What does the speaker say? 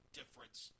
difference